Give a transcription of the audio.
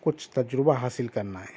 کچھ تجربہ حاصل کرنا ہے